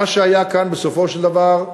מה שהיה כאן בסופו של דבר,